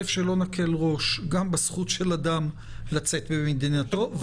שלא נקל ראש גם בזכות של אדם לצאת ממדינתו.